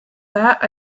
that